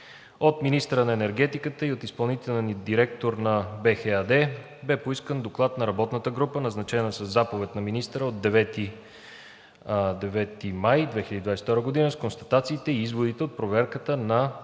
От министъра на енергетиката и от изпълнителния директор на БЕХ ЕАД бе поискан доклад на работната група, назначена със Заповед на министъра от 9 май 2022 г., с констатациите и изводите от проверката на